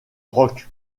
rock